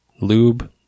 lube